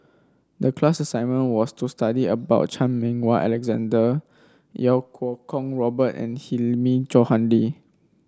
the class assignment was to study about Chan Meng Wah Alexander Iau Kuo Kwong Robert and Hilmi Johandi